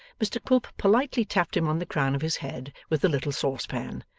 mr quilp politely tapped him on the crown of his head with the little saucepan,